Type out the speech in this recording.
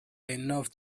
enough